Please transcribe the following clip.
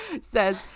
says